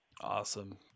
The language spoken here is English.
awesome